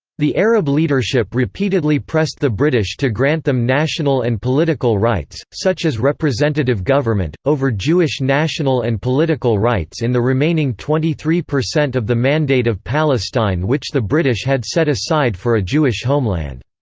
the arab leadership repeatedly pressed the british to grant them national and political rights, such as representative government, over jewish national and political rights in the remaining twenty three percent of the mandate of palestine which the british had set aside for a jewish homeland.